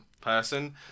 person